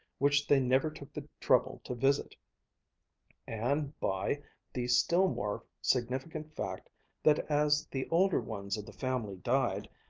which they never took the trouble to visit and by the still more significant fact that as the older ones of the family died,